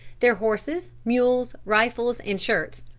their horses, mules, rifles and shirts,